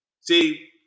See